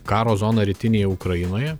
karo zoną rytinėje ukrainoje